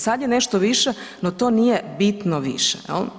Sad je nešto više no to nije bitno više, jel.